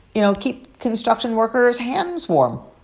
you know, keep construction workers' hands warm.